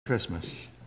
Christmas